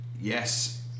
yes